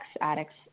addict's